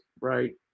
right